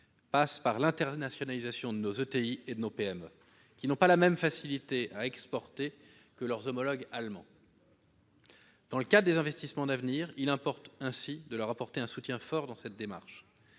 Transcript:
passe par l'internationalisation de nos ETI et de nos PME, qui n'ont pas la même facilité à exporter que leurs homologues allemandes. Dans le cadre des investissements d'avenir, il importe ainsi de leur apporter un soutien fort dans cette démarche-